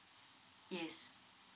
yes